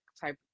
type